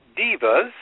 divas